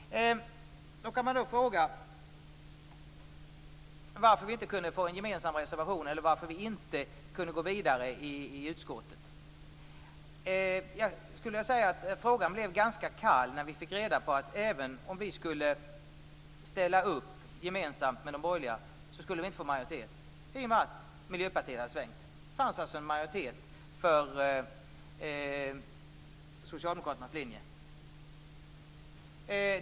Då kan man fråga sig varför vi inte kunde få en gemensam reservation eller varför vi inte kunde gå vidare i utskottet. Frågan blev ganska kall när vi fick reda på att även om vi skulle ställa upp gemensamt med de borgerliga skulle vi inte få majoritet i och med att Miljöpartiet hade svängt. Det fanns alltså en majoritet för Socialdemokraternas linje.